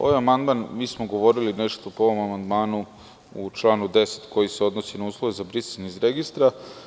Ovaj amandman, mi smo govorili nešto po ovom amandmanu u članu 10. koji se odnosi na – uslove za brisanje iz registra.